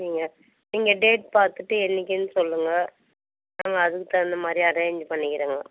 சரிங்க நீங்கள் டேட் பார்த்துட்டு என்னைக்குனு சொல்லுங்கள் நாங்கள் அதுக்கு தகுந்த மாதிரி அரேஞ்ச் பண்ணிக்கிறோங்க